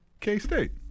K-State